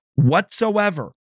Whatsoever